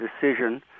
decision